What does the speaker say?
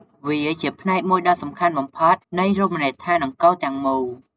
វាជាផ្នែកមួយដ៏សំខាន់បំផុតនៃរមណីយដ្ឋានអង្គរទាំងមូល ។